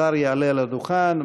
השר יעלה על הדוכן,